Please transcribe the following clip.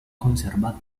conservado